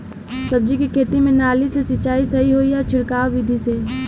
सब्जी के खेती में नाली से सिचाई सही होई या छिड़काव बिधि से?